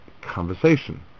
conversation